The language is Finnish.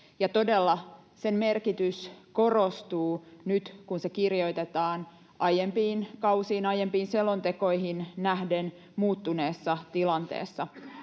Todella, sen merkitys korostuu nyt, kun se kirjoitetaan aiempiin kausiin ja aiempiin selontekoihin nähden muuttuneessa tilanteessa.